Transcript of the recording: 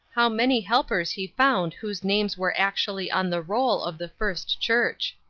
how many helpers he found whose names were actually on the roll of the first church!